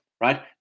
right